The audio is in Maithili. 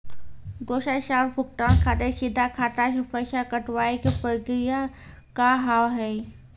दोसर साल भुगतान खातिर सीधा खाता से पैसा कटवाए के प्रक्रिया का हाव हई?